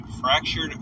fractured